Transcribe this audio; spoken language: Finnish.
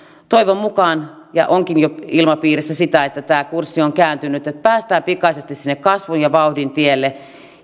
toivon mukaan ja onkin jo ilmapiirissä sitä tämä kurssi on kääntynyt niin että päästään pikaisesti sinne kasvun ja vauhdin tielle